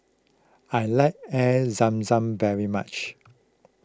I like Air Zam Zam very much